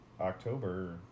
October